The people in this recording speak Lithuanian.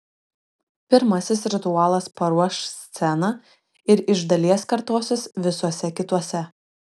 pirmasis ritualas paruoš sceną ir iš dalies kartosis visuose kituose